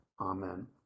Amen